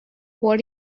what